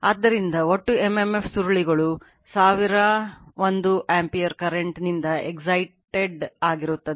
ಆದ್ದರಿಂದ ಒಟ್ಟು m m f ಸುರುಳಿಗಳು 1000 1 ಆಂಪಿಯರ್ ಕರೆಂಟ್ ನಿಂದ excited ವಾಗಿದೆ